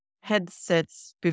headsets